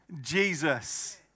Jesus